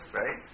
right